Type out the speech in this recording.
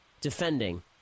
defending